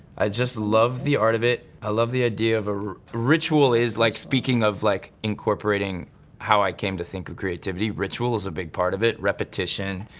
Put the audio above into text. i just love the art of it, i love the idea of a ritual is like speaking of like incorporating how i came to think of creativity, ritual is a big part of it, repetition,